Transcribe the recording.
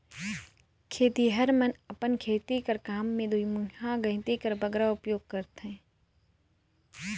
खेतिहर मन अपन खेती कर काम मे दुईमुहा गइती कर बगरा उपियोग करथे